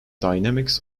dynamics